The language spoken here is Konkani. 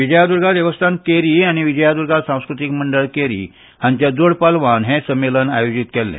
विजयाद्र्गा देवस्थान केरी आनी विजयाद्र्गा सांस्कृतीक मंडळ केरी हांच्या जोडपालवान हें संमेलन आयोजीत केल्ले